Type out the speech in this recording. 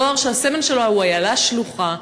דואר שהסמל שלו הוא איילה שלוחה,